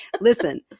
listen